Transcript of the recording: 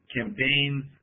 campaigns